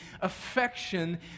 affection